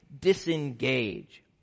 disengage